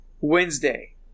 Wednesday